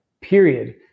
period